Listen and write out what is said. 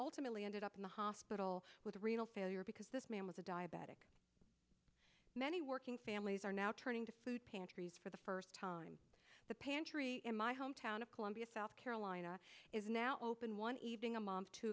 ultimately ended up in the hospital with renal failure because this man was a diabetic many working families are now turning to food pantries for the first time the pantry in my hometown of columbia south carolina is now open one evening a mo